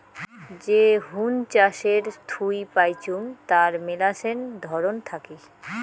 যে হুন চাষের থুই পাইচুঙ তার মেলাছেন ধরন থাকি